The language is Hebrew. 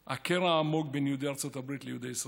הקרע העמוק בין יהודי ארצות הברית ליהודי ישראל.